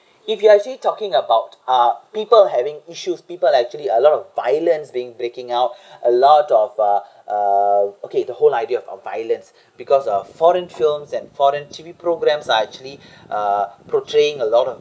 if you actually talking about ah people having issues people are actually a lot of violence being breaking out a lot of uh uh okay the whole idea of violence because of foreign films and foreign T_V programs are actually uh portraying a lot of